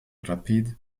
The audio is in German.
rapide